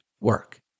work